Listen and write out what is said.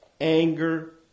anger